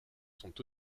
sont